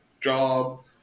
job